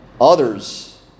others